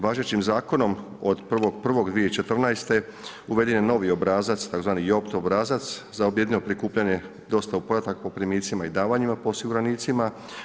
Važećim zakonom od 1.1.2014. uveden je novi obrazac, tzv. JOP obrazac za objedinjeno prikupljanje i dostavu podataka po primitcima i davanjima po osiguranicima.